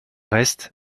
reste